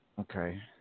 Okay